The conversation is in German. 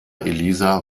elisa